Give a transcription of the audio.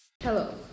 Hello